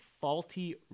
faulty